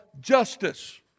justice